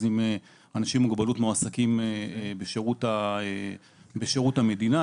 אנשים עם מוגבלות מועסקים בשירות המדינה.